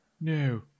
No